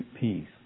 peace